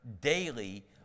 daily